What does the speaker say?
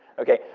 okay?